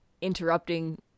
interrupting